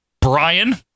Brian